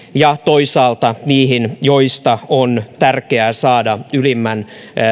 ja toisaalta niihin joista on tärkeää saada ylimmän